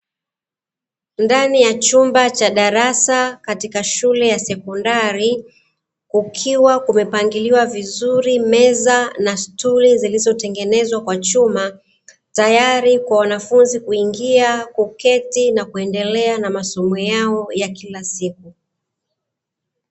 Ndani ya chumba cha darasa katika shule ya sekondari, kukiwa kumepangiliwa vizuri meza na stuli zilizotengenezwa kwa chuma, tayari kwa wanafunzi kuingia kuketi na kuendelea na masomo yao ya kila siku.